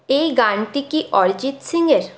এই গানটি কি অরিজিৎ সিং এর